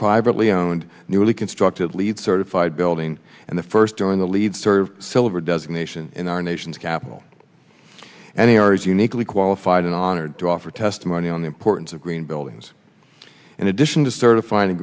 privately owned newly constructed leed certified building and the first doing the lead served silver designation in our nation's capital and they are uniquely qualified and honored to offer testimony on the importance of green buildings in addition to certify